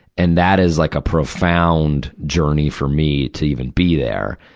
and that is like a profound journey for me to even be there.